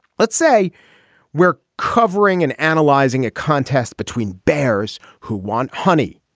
let's say we're covering and analyzing a contest between bears who want honey.